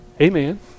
Amen